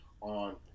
on